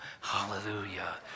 Hallelujah